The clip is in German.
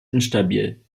instabil